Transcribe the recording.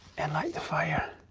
and light the fire.